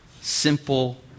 simple